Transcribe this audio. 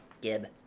Gib